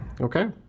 Okay